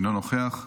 אינו נוכח,